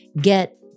get